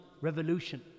revolution